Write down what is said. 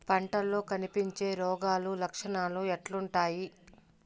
పంటల్లో కనిపించే రోగాలు లక్షణాలు ఎట్లుంటాయి?